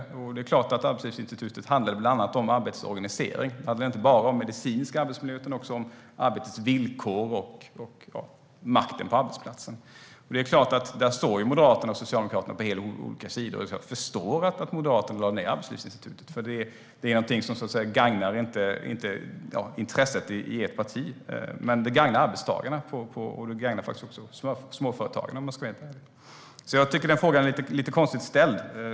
Arbetslivsinstitutets verksamhet handlade bland annat om arbetets organisering, inte bara om medicinsk arbetsmiljö utan också om arbetets villkor och makten på arbetsplatsen. Där står Moderaterna och Socialdemokraterna på helt olika sidor. Jag förstår att Moderaterna lade ned Arbetslivsinstitutet, för det gagnade inte ert partis intressen. Men det gagnade arbetstagarna och småföretagen. Jag tycker att den frågan är lite konstigt ställd.